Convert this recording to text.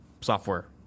software